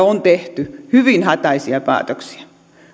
on tehty hyvin hätäisiä päätöksiä